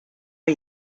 are